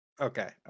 okay